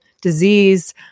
disease